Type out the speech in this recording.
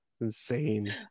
Insane